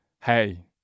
Hey